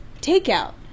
takeout